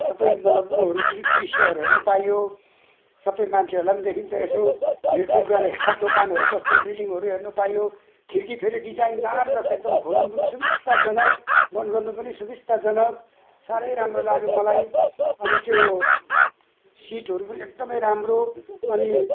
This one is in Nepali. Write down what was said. सबै मतलब उयोहरू दृश्यहरू हेर्न पाइयो सबै मान्छेहरूलाई पनि देखिन्छ यसो हिँड्डुल गरेका दोकानहरू कस्तो बिल्डिङहरू हेर्नु पाइयो खिर्की फेरि डिजाइनदार रहेछ एकदम खोल्नु पनि सुविस्ताजनक बन्द गर्नु पनि सुविस्ताजनक साह्रै राम्रो लाग्यो मलाई अनि त्यो सिटहरू पनि एकदमै राम्रो अनि